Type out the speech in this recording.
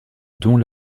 dont